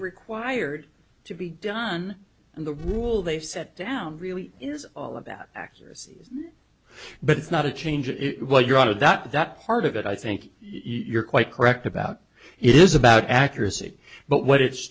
required to be done and the rule they've set down really is all about accuracy but it's not a change it while you're out of that part of it i think you're quite correct about it is about accuracy but what it's